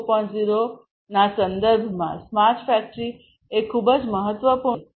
0 ના સંદર્ભમાં smart factory એ ખૂબ જ મહત્વપૂર્ણ ખ્યાલ છે